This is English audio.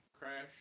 Crash